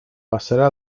passerà